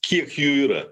kiek jų yra